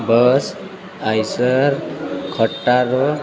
બસ આઇસર ખટારો